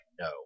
no